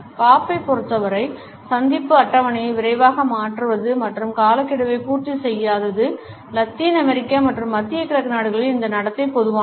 பாப்பைப் பொறுத்தவரை சந்திப்பு அட்டவணையை விரைவாக மாற்றுவது மற்றும் காலக்கெடுவை பூர்த்தி செய்யாதது லத்தீன் அமெரிக்க மற்றும் மத்திய கிழக்கு நாடுகளில் இந்த நடத்தை பொதுவானது